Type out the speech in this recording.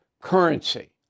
currency